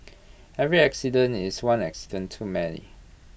every accident is one accident too many